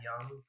young